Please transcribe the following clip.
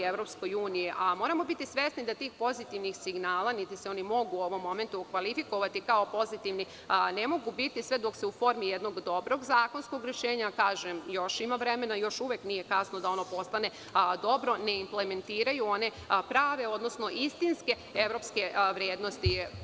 Moramo biti svesni da tih pozitivnih signala, niti se oni mogu u ovom momentu kvalifikovati kao pozitivni, ne može biti sve dok se u formi jednog dobrog zakonskog rešenja, a još uvek ima vremena, još uvek nije kasno da ono postane dobro, ne implementiraju one prave, odnosno istinske evropske vrednosti.